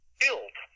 build